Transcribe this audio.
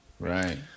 Right